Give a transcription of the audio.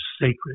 sacred